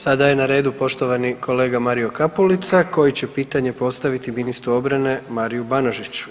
Sada je na redu poštovani kolega Mario Kapulica koji će pitanje postaviti ministru obrane Mariju Banožiću.